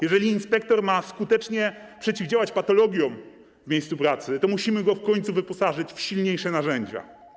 Jeżeli inspektor ma skutecznie przeciwdziałać patologiom w miejscu pracy, to musimy go w końcu wyposażyć w silniejsze narzędzia.